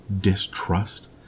distrust